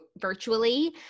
virtually